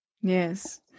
Yes